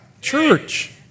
Church